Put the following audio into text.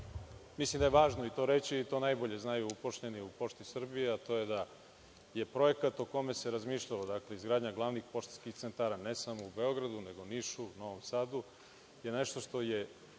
mislim da je važno i to reći, i to najbolje znaju upošljeni u Pošti Srbije, a to je da je projekat o kome se razmišljalo, izgradnja glavnih poštanskih centara, ne samo u Beogradu, nego Nišu, Novom Sadu, je nešto što je